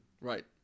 Right